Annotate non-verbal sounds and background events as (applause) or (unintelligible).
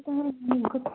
(unintelligible) ಟೈಮಲ್ಲಿ ನೀವು (unintelligible)